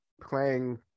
playing